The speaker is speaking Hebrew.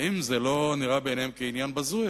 האם זה לא נראה בעיניהם כעניין בזוי?